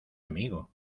amigo